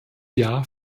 jahr